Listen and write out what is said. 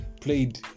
played